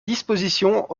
dispositions